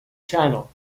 channel